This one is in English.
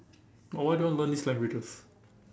but why do you want to learn these languages